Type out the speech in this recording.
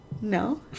No